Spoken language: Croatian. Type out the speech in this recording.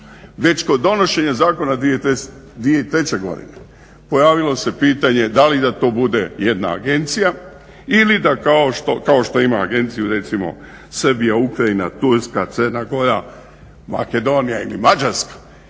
Već kod donošenja zakona 2003. godine pojavilo se pitanje da li da to bude jedna agencija ili da kao što, kao što ima agenciju Srbija, Ukrajina, Turska, Crna gora, Makedonija ili Mađarska